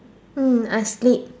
hmm I sleep